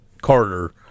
Carter